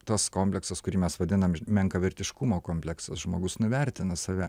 tas kompleksas kurį mes vadinam menkavertiškumo kompleksas žmogus nuvertina save